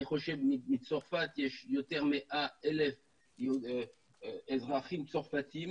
אני חושב שמצרפת יש יותר מ-100,000 אזרחים צרפתים